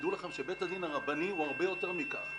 תדעו לכם שבית הדין הרבני הוא הרבה יותר מכך.